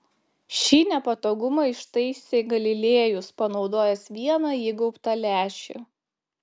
šį nepatogumą ištaisė galilėjus panaudojęs vieną įgaubtą lęšį